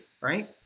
right